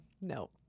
No